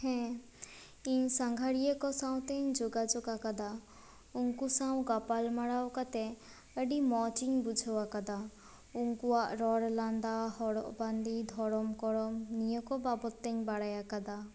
ᱦᱮᱸ ᱤᱧ ᱥᱟᱸᱜᱷᱟᱨᱤᱭᱟᱹ ᱠᱚ ᱥᱟᱶᱛᱮᱧ ᱡᱳᱜᱟᱡᱳᱜ ᱟᱠᱟᱫᱟ ᱩᱱᱠᱩ ᱥᱟᱶ ᱜᱟᱯᱟᱞ ᱢᱟᱨᱟᱣ ᱠᱟᱛᱮ ᱟᱹᱰᱤ ᱢᱚᱡ ᱤᱧ ᱵᱩᱡᱷᱟᱹᱣ ᱟᱠᱟᱫᱟ ᱩᱱᱠᱩᱭᱟᱜ ᱨᱚᱲ ᱞᱟᱫᱟ ᱦᱚᱨᱚᱜ ᱵᱟᱱᱫᱮ ᱫᱷᱚᱨᱚᱢ ᱠᱚᱨᱚᱢ ᱱᱤᱭᱟᱹ ᱠᱚ ᱵᱟᱵᱚᱫ ᱛᱮᱧ ᱵᱟᱲᱟᱭ ᱟᱠᱟᱫᱟ